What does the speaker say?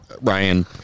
Ryan